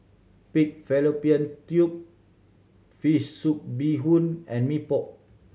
pig fallopian tube fish soup bee hoon and Mee Pok